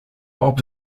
bob